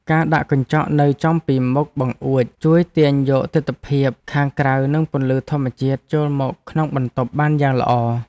ការដាក់កញ្ចក់នៅចំពីមុខបង្អួចជួយទាញយកទិដ្ឋភាពខាងក្រៅនិងពន្លឺធម្មជាតិចូលមកក្នុងបន្ទប់បានយ៉ាងល្អ។